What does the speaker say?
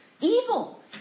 evil